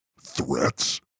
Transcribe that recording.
Threats